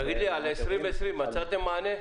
תגיד לי, ל-2020 מצאתם מענה?